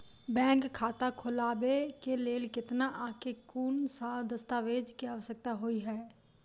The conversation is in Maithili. बैंक खाता खोलबाबै केँ लेल केतना आ केँ कुन सा दस्तावेज केँ आवश्यकता होइ है?